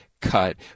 cut